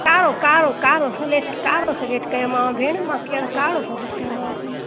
कारो कारो कारो सलैक्ट कारो सलैक्ट कयमि मांव भैण मां कीअं कारो स्लैक्ट कयोमांव थी